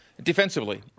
Defensively